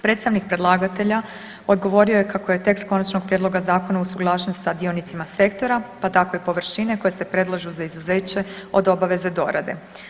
Predstavnik predlagatelja odgovorio je kako je tekst Konačnog prijedloga zakona usuglašen sa dionicima sektora, pa tako i površine koje se predlažu za izuzeće od obaveze dorade.